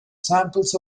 samples